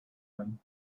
yun